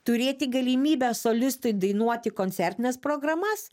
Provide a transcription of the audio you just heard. turėti galimybę solistui dainuoti koncertines programas